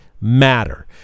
matter